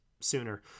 sooner